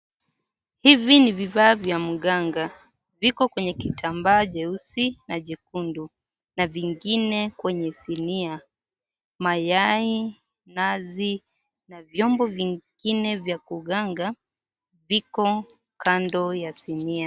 Hivi ni vifaa vya mganga. Viko kwenye kitambaa jeusi, na jekundu. Na vingine kwenye sinia. Mayai, nazi, na vyombo vingine vya kuganga, viko kando ya sinia.